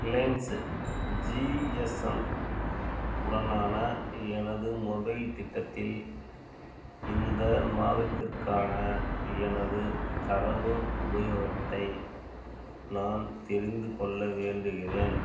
Reliance GSM உடனான எனது mobile திட்டத்தில் இந்த மாதத்திற்கான எனது தரவு உபயோகத்தை நான் தெரிந்து கொள்ள வேண்டுகிறேன்